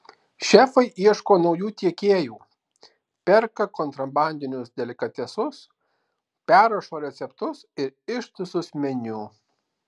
šefai ieško naujų tiekėjų perka kontrabandinius delikatesus perrašo receptus ir ištisus meniu